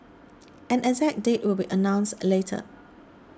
an exact date will be announced later